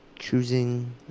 Choosing